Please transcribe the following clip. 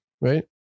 right